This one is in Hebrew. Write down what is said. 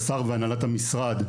והנהלת המשרד,